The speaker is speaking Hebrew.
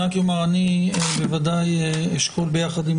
אני רק אומר שאני בוודאי אשקול יחד עם